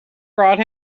brought